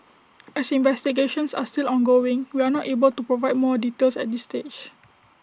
as investigations are still ongoing we are not able to provide more details at this stage